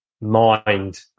mind